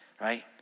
right